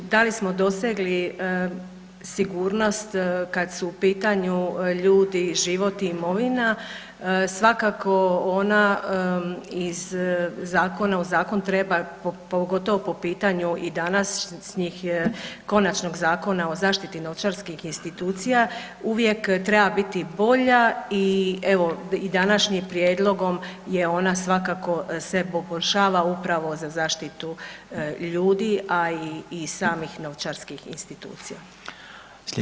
Da li smo dosegli sigurnost kad su u pitanju ljudi, životi i imovina, svakako ona iz zakona, zakon treba pogotovo po pitanju i današnjeg konačnog Zakona o zaštiti novčarskih institucija, uvijek treba biti bolja i evo, i današnjim prijedlogom je ona svakako se poboljšava, upravo za zaštitu ljudi a i samih novčarskih institucija.